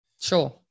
Sure